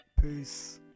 Peace